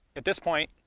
at this point,